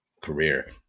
career